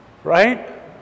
Right